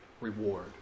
reward